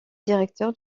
directeur